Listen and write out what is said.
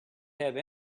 have